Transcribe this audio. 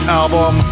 album